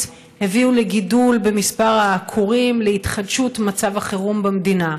והביאו לגידול במספר העקורים ולהתחדשות מצב החירום במדינה.